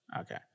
Okay